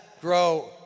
grow